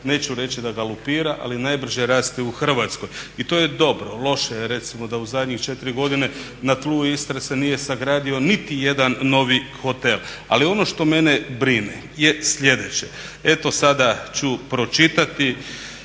Neću reći da ga lupira, ali najbrže raste u Hrvatskoj i to je dobro. Loše je recimo da u zadnjih četiri godine na tlu Istre se nije sagradio niti jedan novi hotel. Ali ono što mene brine je sljedeće. Eto sada ću pročitati.